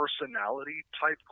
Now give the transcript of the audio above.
personality-type